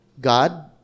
God